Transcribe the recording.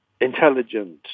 intelligent